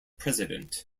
president